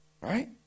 right